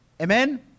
Amen